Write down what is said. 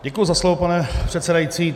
Děkuji za slovo, pane předsedající.